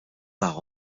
par